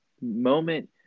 moment